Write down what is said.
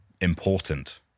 important